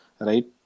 right